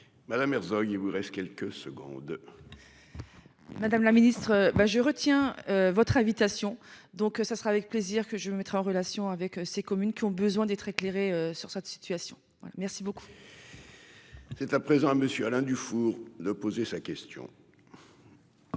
Me Herzog. Il vous reste quelques secondes. Madame la ministre. Ben je retiens. Votre invitation. Donc ça sera avec plaisir que je me mettre en relation avec ces communes qui ont besoin d'être éclairé sur cette situation. Merci beaucoup. C'est à présent à monsieur Alain Dufour de poser sa question.